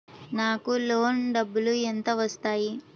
నాకు లోన్ డబ్బులు ఎంత వస్తాయి?